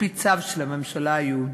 על-פי צו של "הממשלה היהודית